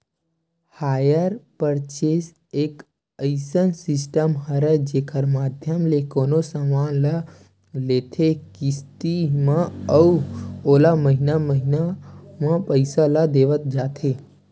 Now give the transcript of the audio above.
hire purchase एक अइसन system हरय जेखर माधियम ले कोनो समान ल लेथे किस्ती म अउ ओला महिना महिना म पइसा ल देवत जाथे